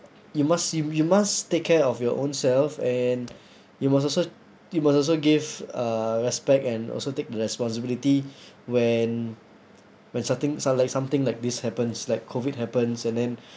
you must seem you must take care of your ownself and you must also you must also give uh respect and also take the responsibility when when something some like something like this happens like COVID happens and then